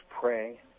pray